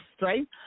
right